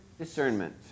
discernment